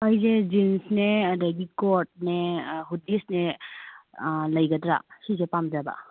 ꯑꯩꯁꯦ ꯖꯤꯟꯁꯅꯦ ꯑꯗꯒꯤ ꯀꯣꯠꯅꯦ ꯍꯨꯗꯤꯁꯅꯦ ꯂꯩꯒꯗ꯭ꯔꯥ ꯁꯤꯁꯦ ꯄꯥꯝꯖꯕ